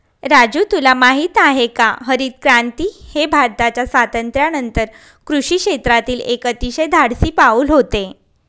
राजू तुला माहित आहे का हरितक्रांती हे भारताच्या स्वातंत्र्यानंतर कृषी क्षेत्रातील एक अतिशय धाडसी पाऊल होते